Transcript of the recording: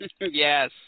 yes